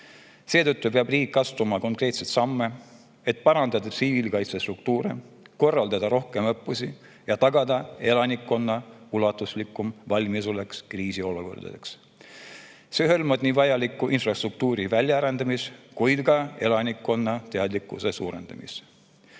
Seetõttu peab riik astuma konkreetseid samme, et parandada tsiviilkaitsestruktuure, korraldada rohkem õppusi ja tagada elanikkonna ulatuslikum valmisolek kriisiolukordadeks. See hõlmab nii vajaliku infrastruktuuri väljaarendamist kui ka elanikkonna teadlikkuse suurendamist. Kokkuvõttes